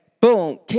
Boom